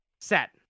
set